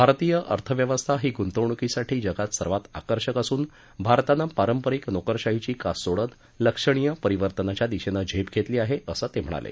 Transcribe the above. भारतीय अर्थव्यवस्था ही गुंतवणूकीसाठी जगात सर्वात आकर्षक असून भारतानं पारंपारिक नोकरशाहीची कास सोडत लक्षणीय परिवर्तनाच्या दिशेनं झेप घेतली आहे असं ते म्हणाले